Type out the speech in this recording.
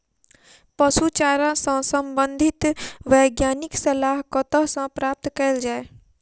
पशु चारा सऽ संबंधित वैज्ञानिक सलाह कतह सऽ प्राप्त कैल जाय?